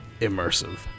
immersive